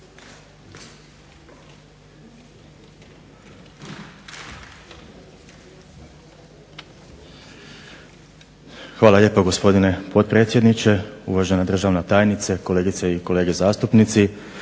Hvala lijepa gospodine potpredsjedniče, uvažena državna tajnice, kolegice i kolege zastupnici.